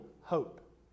hope